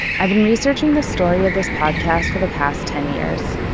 i've been researching the story of this podcast for the past ten years.